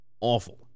awful